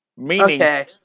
Meaning